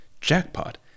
Jackpot